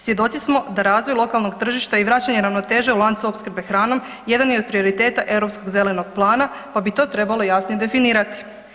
Svjedoci smo da razvoj lokalnog tržišta i vračanje ravnoteže u lancu opskrbe hranom jedan je od prioriteta europskog Zelenog plana, pa bi to trebalo jasnije definirati.